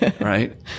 Right